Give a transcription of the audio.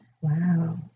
Wow